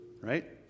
right